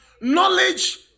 Knowledge